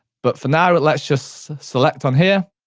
but for now let's just select on here,